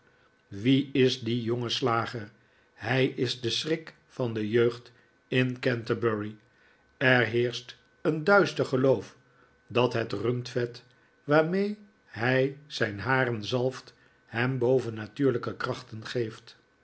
wie is die jonge slager hij is de schrik van de jeugd in canterbury er heerscht een duister geloof dat het rundvet waarmee hij zijn haren zalft hem bovennatuurlijke krachten geeft